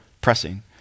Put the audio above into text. pressing